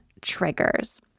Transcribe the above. triggers